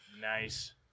Nice